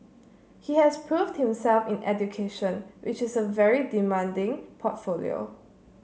he has proved himself in education which is a very demanding portfolio